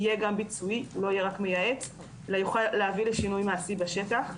יהיה גם ביצועי ולא רק מייעץ ויוכל להביא לשינוי מעשי בשטח.